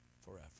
forever